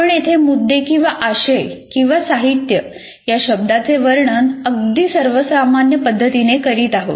आपण येथे मुद्दे किंवा आशय किंवा साहित्य या शब्दाचे वर्णन अगदी सर्वसामान्य पद्धतीने करीत आहोत